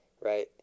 right